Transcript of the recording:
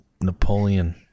Napoleon